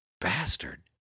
Bastard